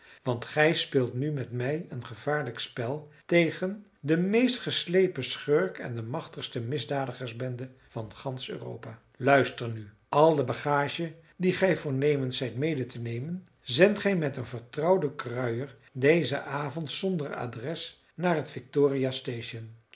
want gij speelt nu met mij een gevaarlijk spel tegen den meest geslepen schurk en de machtigste misdadigersbende van gansch europa luister nu al de bagage die gij voornemens zijt mede te nemen zendt gij met een vertrouwden kruier dezen avond zonder adres naar het